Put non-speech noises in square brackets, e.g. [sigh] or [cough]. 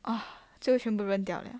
[noise] 啊就全部扔掉了